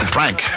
Frank